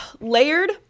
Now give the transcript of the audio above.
layered